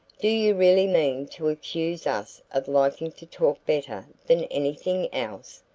do you really mean to accuse us of liking to talk better than anything else?